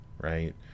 right